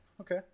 Okay